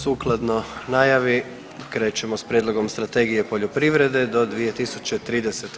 Sukladno najavi krećemo s: - Prijedlog Strategije poljoprivrede do 2030.